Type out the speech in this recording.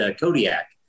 Kodiak